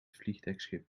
vliegdekschip